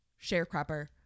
sharecropper